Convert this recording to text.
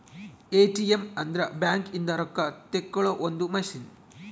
ATM ಅಂದ್ರ bank ಇಂದ ರೊಕ್ಕ ತೆಕ್ಕೊಳೊ ಒಂದ್ ಮಸಿನ್